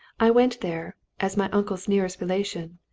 i went there, as my uncle's nearest relation,